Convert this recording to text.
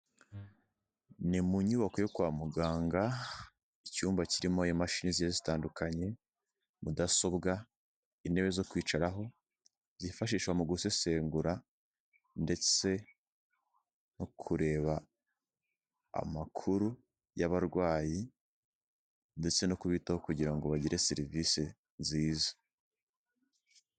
Ni mu nyubako yo kwa muganga icyumba kirimo imashini zigiye zitandukanye, mudasobwa, intebe zo kwicaraho zifashishwa mu gusesengura ndetse no kureba amakuru y'abarwayi ndetse no kubitaho kugira ngo bagire serivisi nziza.